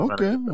Okay